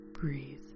breathe